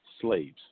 slaves